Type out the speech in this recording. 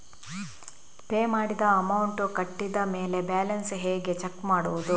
Pay ಮಾಡಿದ amount ಕಟ್ಟಿದ ಮೇಲೆ ಬ್ಯಾಲೆನ್ಸ್ ಹೇಗೆ ಚೆಕ್ ಮಾಡುವುದು?